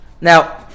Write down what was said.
Now